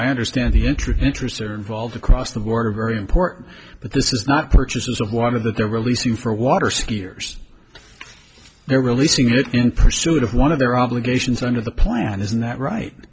i understand the entry interests are involved across the border very important but this is not purchases of one of the they're releasing for water skiers they're releasing it in pursuit of one of their obligations under the plan isn't that right